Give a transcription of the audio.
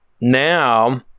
now